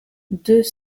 deux